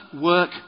work